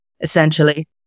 essentially